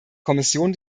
kommission